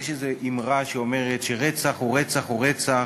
יש איזו אמרה שרצח הוא רצח הוא רצח.